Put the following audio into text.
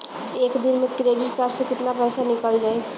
एक दिन मे क्रेडिट कार्ड से कितना पैसा निकल जाई?